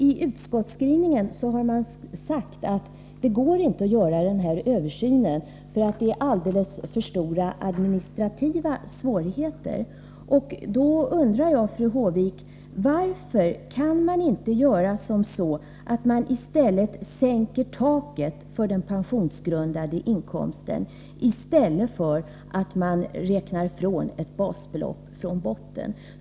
I utskottsskrivningen har sagts att det inte går att göra en översyn därför att det är alldeles för stora administrativa svårigheter. Jag undrar då, fru Håvik, varför man inte kan sänka taket för den pensionsgrundande inkomsten i stället för att räkna fram ett basbelopp från botten.